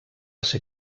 ser